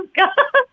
god